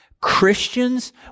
Christians